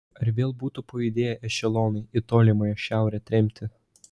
ar vėl būtų pajudėję ešelonai į tolimąją šiaurę tremtį